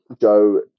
joe